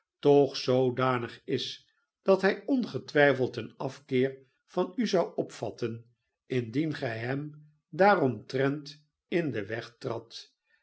toch zoodanig is dat hij ongetwijfeld een afkeer van u zou opvatten indien gij hem daaromtrent in den weg tradt